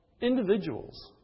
individuals